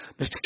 Mr